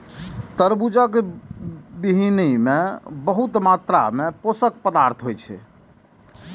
तरबूजक बीहनि मे बहुत मात्रा मे पोषक पदार्थ होइ छै